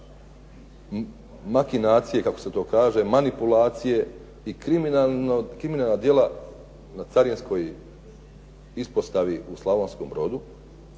kaže manipulacije i kriminalna djela na Carinskoj ispostavi u Slavonskom Brodu,